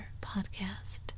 podcast